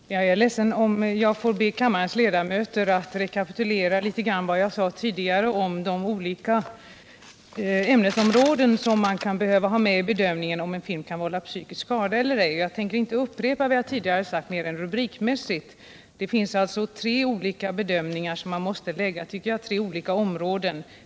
Herr talman! Jag är ledsen om jag får be kammarens ledamöter att själva rekapitulera vad jag sade tidigare om de olika ämnesområden som man kan behöva ha med i bedömningen av om en film kan vålla psykisk skada eller ej. Jag tänker inte upprepa vad jag tidigare sagt mer än rubrikmässigt. Man kan göra en indelning i tre olika ämnesområden.